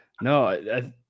no